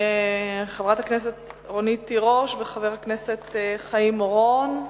חברת הכנסת רונית תירוש וחבר הכנסת חיים אורון,